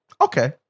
Okay